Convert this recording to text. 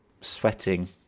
sweating